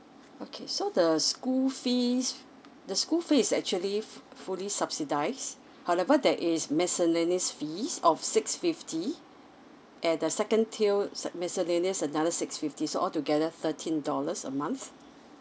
okay so the school fees the school fees is actually fu~ fully subsidized however there is miscellaneous fees of six fifty and the second tier miscellaneous another six fifty so altogether thirteen dollars a month